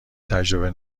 تجربه